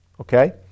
okay